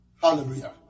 Hallelujah